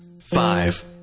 five